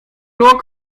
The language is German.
nur